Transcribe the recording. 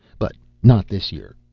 but not this year,